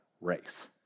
race